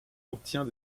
obtient